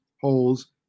holes